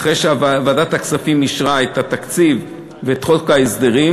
אחרי שוועדת הכספים אישרה את התקציב ואת חוק ההסדרים,